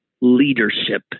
leadership